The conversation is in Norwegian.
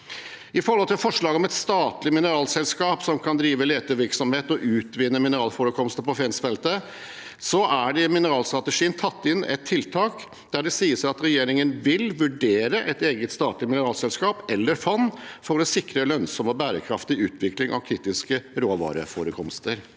det gjelder forslaget om et statlig mineralselskap som kan drive letevirksomhet og utvinne mineralforekomster på Fensfeltet, er det i mineralstrategien tatt inn et tiltak der det sies at regjeringen vil vurdere et eget statlig mineralselskap eller fond for å sikre lønnsom og bærekraftig utvikling av kritiske råvareforekomster.